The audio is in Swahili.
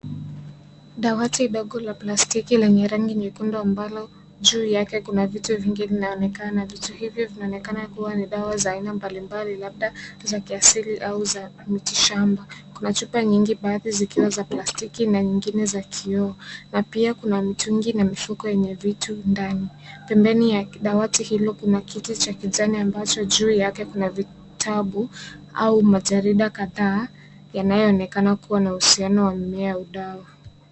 Dawati ndogo la plastiki lenye rangi nyekundu ambalo juu yake kuna vitu vingi vinaonekana. Vitu hivyo vinaonekana kuwa ni dawa mbalimbali labda za kiasili au za miti shamba. Kuna chupa nyingi baadhi zikiwa za plastiki na nyingine za kioo. Na pia kuna mitungi na mifuko yenye vitu ndani. Pembeni ya dawati hilo kuna kiti cha kijani ambacho juu yake kuna vitabu au majarida kadhaa, yanayoonekana kuwa na uhusiano wa mimea au dawa.